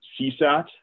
CSAT